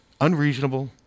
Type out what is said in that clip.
unreasonable